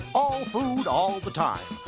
all food, all the time.